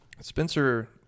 Spencer